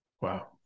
wow